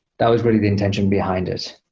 that was really the intention behind it.